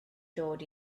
dod